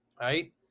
right